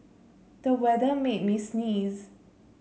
the weather made me sneeze